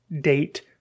date